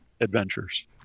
adventures